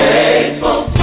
Faithful